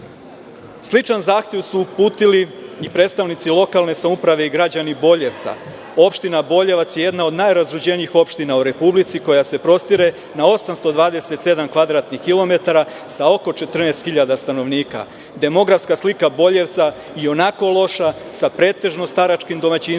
mestu. Sličan zahtev su uputili i predstavnici lokalne samouprave i građani Boljevca. Opština Boljevac je jedna od najrazuđenijih opština u republici koja se prostire na 827 kvadratnih kilometara sa oko 14 hiljada stanovnika. Demografska slika Boljevca i onako loša, sa pretežno staračikim domaćinstvima